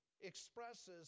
expresses